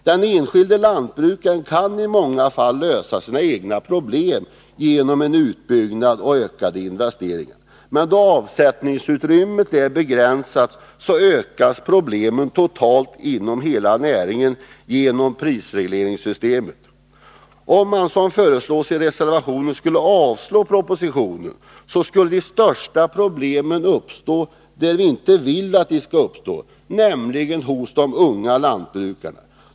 Den enskilda lantbrukaren kan i många fall lösa sina egna problem genom en utbyggnad och ökade investeringar. Men eftersom avsättningsutrymmet är begränsat ökas problemen totalt inom hela näringen i och med prisregleringssystemet. Om man, som föreslås i reservationen, skulle avslå propositionen, skulle de största problemen uppkomma där vi inte vill att de skall uppstå, nämligen hos de unga lantbrukarna.